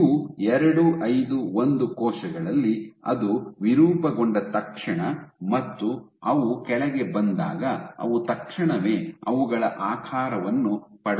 you 251 ಕೋಶಗಳಲ್ಲಿ ಅದು ವಿರೂಪಗೊಂಡ ತಕ್ಷಣ ಮತ್ತು ಅವು ಕೆಳಗೆ ಬಂದಾಗ ಅವು ತಕ್ಷಣವೇ ಅವುಗಳ ಆಕಾರವನ್ನು ಪಡೆದುಕೊಂಡವು